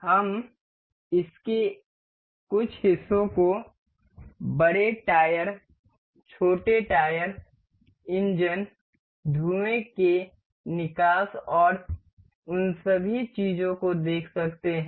हम इसके कुछ हिस्सों को बड़े टायर छोटे टायर इंजन धुएं के निकास और उन सभी चीजों को देख सकते हैं